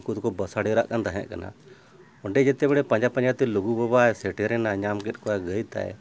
ᱩᱱᱠᱩ ᱫᱚᱠᱚ ᱵᱟᱥᱟ ᱰᱮᱨᱟᱜ ᱠᱟᱱ ᱛᱟᱦᱮᱸ ᱠᱟᱱᱟ ᱚᱸᱰᱮ ᱡᱟᱛᱮ ᱵᱟᱲᱮ ᱯᱟᱸᱡᱟ ᱯᱟᱸᱡᱟᱛᱮ ᱞᱩᱜᱩ ᱵᱟᱵᱟᱭ ᱥᱮᱴᱮᱨᱮᱱᱟ ᱧᱟᱢ ᱠᱮᱫ ᱠᱚᱣᱟ ᱜᱟᱹᱭᱛᱟᱭ